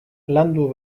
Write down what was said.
landu